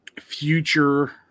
future